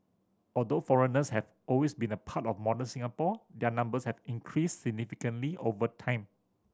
although foreigners have always been a part of modern Singapore their numbers have increased significantly over time